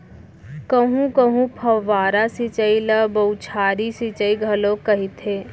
कहूँ कहूँ फव्वारा सिंचई ल बउछारी सिंचई घलोक कहिथे